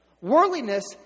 Worldliness